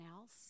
else